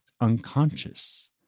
unconscious